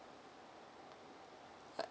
err